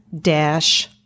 dash